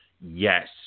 Yes